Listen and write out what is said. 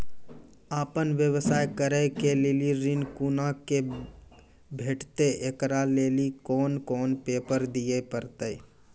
आपन व्यवसाय करै के लेल ऋण कुना के भेंटते एकरा लेल कौन कौन पेपर दिए परतै?